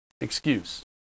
excuse